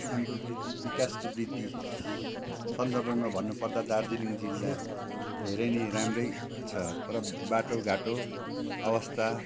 हाम्रो वृद्धि विकासको वृद्धि सन्दर्भमा भन्नु पर्दा दार्जिलिङ जिल्ला धेरै नै राम्रो छ तर बाटो घाटो अवस्था